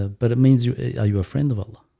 ah but it means you are you a friend of allah?